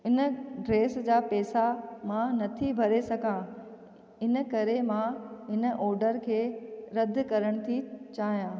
उन ड्रेस जा पेसा मां नथी भरे सघां इन करे मां इन ऑडर खे रद करण थी चाहियां